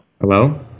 Hello